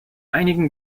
einigen